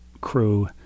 crew